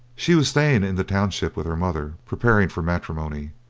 she was staying in the township with her mother preparing for matrimony,